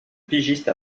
pigiste